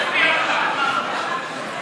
כהצעת הוועדה,